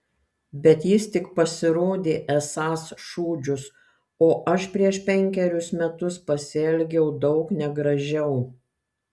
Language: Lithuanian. bet jis tik pasirodė esąs šūdžius o aš prieš penkerius metus pasielgiau daug negražiau